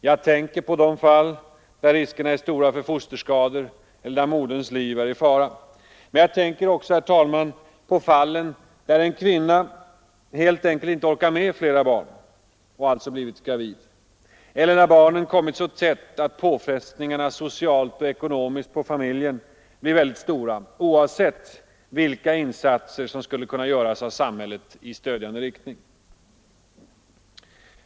Jag tänker på de fall där riskerna för fosterskador är stora eller där moderns liv är i fara. Men jag tänker också på de fall där en kvinna helt enkelt inte orkar med flera barn men ändå blivit gravid eller där barnen kommit så tätt att påfrestningarna socialt och ekonomiskt för familjen blir väldigt stora — oavsett vilka insatser som skulle kunna göras av samhället i stödjande riktning.